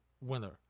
winner